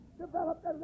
developed